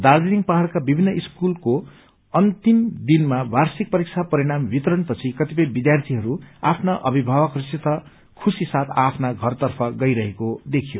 दार्जीलिङ पहाड़का विभिन्न स्कूलको अन्तिम दिनमा वार्षिक परीक्षा परिणाम वितरण पछि कृतिपय विद्यार्थीहरू आफ्ना अविभावकहरूसित खुशी साथ आ आफ्ना षरतर्फ गइरहेको देखियो